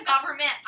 government